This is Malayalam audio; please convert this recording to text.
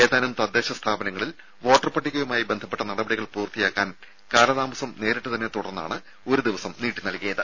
ഏതാനും തദ്ദേശ സ്ഥാപനങ്ങളിൽ വോട്ടർപട്ടികയുമായി ബന്ധപ്പെട്ട നടപടികൾ പൂർത്തിയാക്കാൻ കാലതാമസം നേരിട്ടതിനെത്തുടർന്നാണ് ഒരു ദിവസം നീട്ടി നൽകിയത്